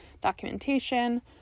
documentation